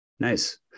Nice